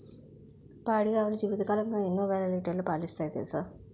పాడి ఆవులు జీవితకాలంలో ఎన్నో వేల లీటర్లు పాలిస్తాయి తెలుసా